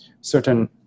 certain